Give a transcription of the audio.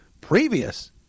previous